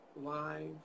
live